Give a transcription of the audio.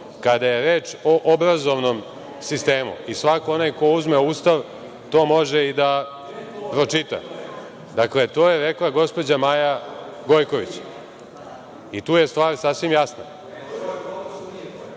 kada je reč o obrazovnom sistemu, i svako onaj ko uzme Ustav to može i da pročita. Dakle, to je rekla gospođa Maja Gojković i tu je stvar sasvim jasna.(Marko